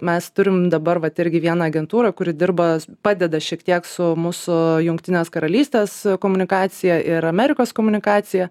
mes turim dabar vat irgi vieną agentūrą kuri dirba padeda šiek tiek su mūsų jungtinės karalystės komunikacija ir amerikos komunikacija